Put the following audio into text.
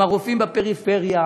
עם הרופאים בפריפריה,